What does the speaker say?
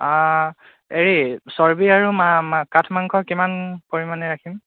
হেৰি চৰ্বি আৰু কাঠ মাংস কিমান পৰিমাণে ৰাখিম